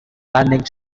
landing